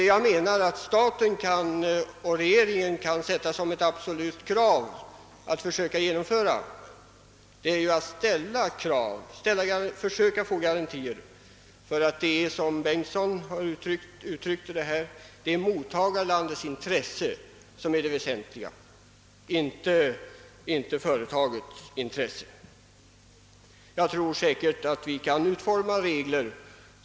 Men vad som är viktigt i detta sammanhang är ju att man uppställer som ett absolut krav att, såsom herr Bengtsson i Varberg uttryckt saken, mottagarlandets och inte företagets intressen blir tillgodosedda. Regeringen bör försöka få garantier för den saken. Jag tror att det går att utforma regler varigenom detta krav kan tillgodoses.